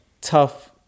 tough